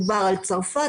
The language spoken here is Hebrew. מדובר על צרפת,